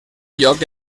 lloc